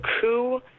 coup